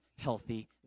healthy